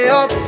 up